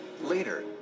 Later